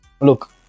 Look